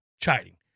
chiding